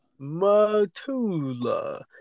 Matula